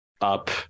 up